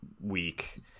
week